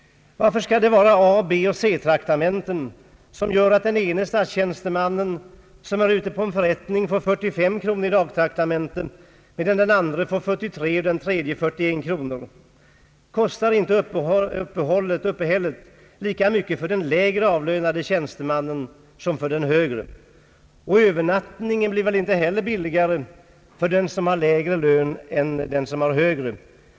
Varför skall det vara A-, B och C traktamenten, som gör att en viss statstjänsteman som är ute på en förrättning får 45 kronor i dagtraktamente, medan en annan får 43 kronor och en tredje 41 kronor? Kostar inte uppehället lika mycket för den lägre avlönade tjänstemannen som för den högre? Övernattningen blir väl inte heller billigare för den som har lägre lön än för den som har högre.